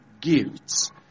gifts